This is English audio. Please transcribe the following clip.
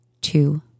two